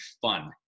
fun